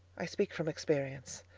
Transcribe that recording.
i speak from experience.